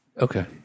okay